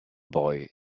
boy